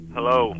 Hello